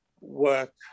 work